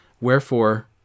Wherefore